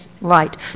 Right